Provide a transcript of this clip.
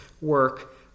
work